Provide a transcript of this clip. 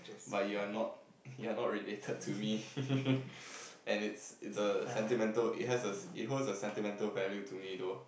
but your are not you are not related to me and it's it's a sentimental it has a it holds a sentimental value to me though